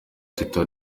teta